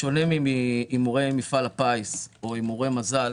בשונה מהימורי מפעל הפיס או הימורי מזל,